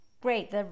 great